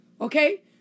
okay